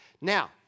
Now